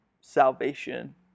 salvation